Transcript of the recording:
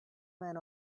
man